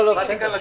רק בגלל השליחות,